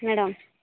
madam